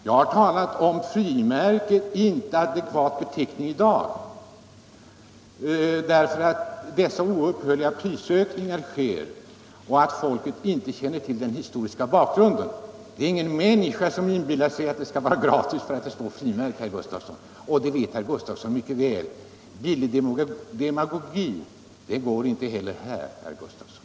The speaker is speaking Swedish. Jag har talat om att frimärke inte är en adekvat beteckning i dag, därför att dessa oupphörliga prisökningar sker, och jag har sagt att folket inte känner till den historiska bakgrunden. Det är ingen människa som inbillar sig att det skall vara gratis för att det står frimärke, och det vet herr Gustafson mycket väl. Hur billig demagogi som helst går inte att använda ens i denna kammare herr Gustafson.